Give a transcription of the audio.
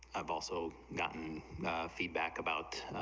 i've also gotten the feedback about,